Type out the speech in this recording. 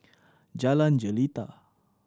Jalan Jelita